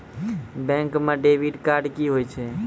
Bank म debit card की होय छै?